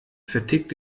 vertickt